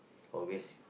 always